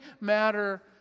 matter